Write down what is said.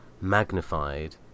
magnified